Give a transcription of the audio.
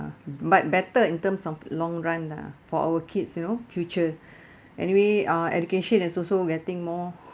but better in terms of long run lah for our kids you know future anyway uh education has also getting more